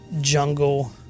Jungle